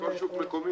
כל שוק מקומי.